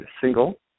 single